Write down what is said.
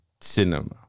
cinema